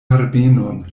herbenon